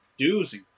doozy